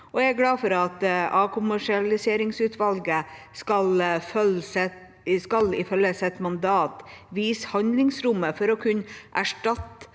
jeg er glad for at avkommersialiseringsutvalget, ifølge sitt mandat, skal vise handlingsrommet for å kunne erstatte